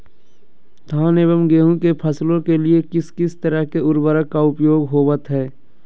धान एवं गेहूं के फसलों के लिए किस किस तरह के उर्वरक का उपयोग होवत है?